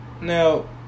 Now